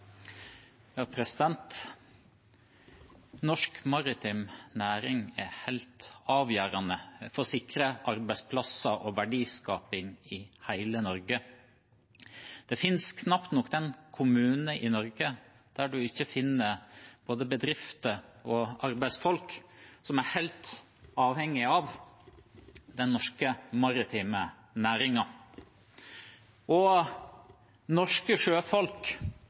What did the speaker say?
Norsk maritim næring er helt avgjørende for å sikre arbeidsplasser og verdiskaping i hele Norge. Det finnes knapt noen kommuner i Norge der man ikke finner både bedrifter og arbeidsfolk som er helt avhengig av den norske maritime næringen. Norske sjøfolk, norske rederier og norske